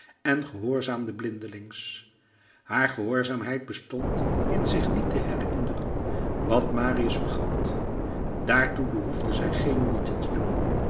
en gehoorzaamde blindelings haar gehoorzaamheid bestond in zich niet te herinneren wat marius vergat daartoe behoefde zij geen moeite te doen